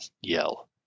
yell